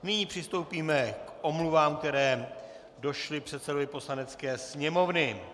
Nyní přistoupíme k omluvám, které došly předsedovi Poslanecké sněmovny.